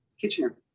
Kitchener